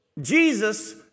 Jesus